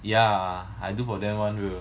yeah I do for them one bro